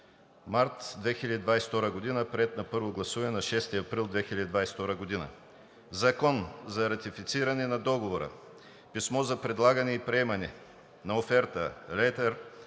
март 2022 г., приет на първо гласуване на 6 април 2022 г. „Закон за ратифициране на Договора (Писмо за предлагане и приемане на оферта/Letter